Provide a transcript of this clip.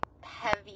heavy